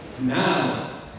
Now